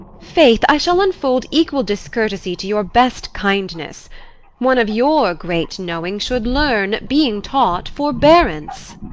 faith, i shall unfold equal discourtesy to your best kindness one of your great knowing should learn, being taught, forbearance.